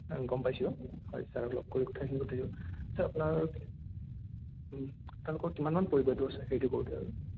নাই গম পাইছোঁ হয় চাৰক লগ কৰি কথাখিনি পাতি লওঁ আচ্ছা আপোনাৰ আপোনালোকৰ কিমান মান পৰিব এইটো হেৰিটো কৰোতে আৰু